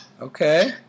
Okay